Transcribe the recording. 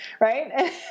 Right